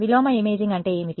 విలోమ ఇమేజింగ్ అంటే ఏమిటి